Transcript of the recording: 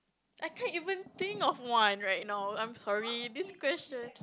I can't even think of one right now I'm sorry this question